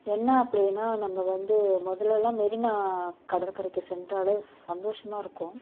என்ன அப்படின்னா நம்ம வந்து முதலலாம் மெரினா கடற்கரைக்கு சென்றாலே சந்தோஷமாக இருக்கும்